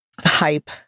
hype